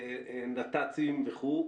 נת"צים וכו'.